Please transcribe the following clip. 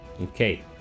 Okay